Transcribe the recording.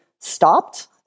stopped